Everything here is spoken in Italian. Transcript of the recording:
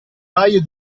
paio